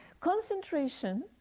Concentration